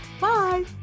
Bye